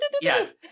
Yes